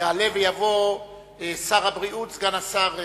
יעלה ויבוא סגן השר ליצמן,